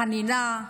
חנינה,